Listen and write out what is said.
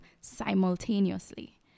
simultaneously